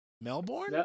Melbourne